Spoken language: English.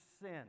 sin